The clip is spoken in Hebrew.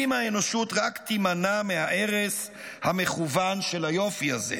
אם האנושות רק תימנע מההרס המכוון של היופי הזה,